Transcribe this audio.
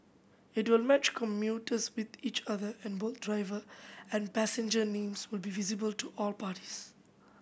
it will match commuters with each other and both driver and passenger names will be visible to all parties